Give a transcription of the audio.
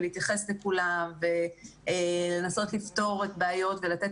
ולהתייחס לכולם ולנסות לפתור את הבעיות ולתת